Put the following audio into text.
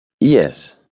yes